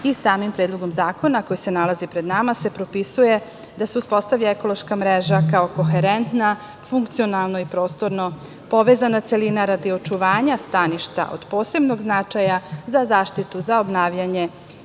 Samim predlogom zakona koji se nalazi pred nama se propisuje da se uspostavi ekološka mreža kao koherentna funkcionalna i prostorno povezana celina radi očuvanja staništa od posebnog značaja za zaštitu za obnavljanje